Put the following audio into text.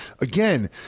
again